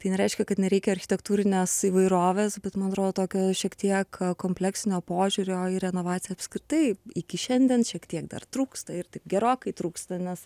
tai nereiškia kad nereikia architektūrinės įvairovės bet man atrodo tokio šiek tiek kompleksinio požiūrio į renovaciją apskritai iki šiandien šiek tiek dar trūksta ir taip gerokai trūksta nes